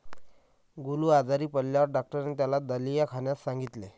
गोलू आजारी पडल्यावर डॉक्टरांनी त्याला दलिया खाण्यास सांगितले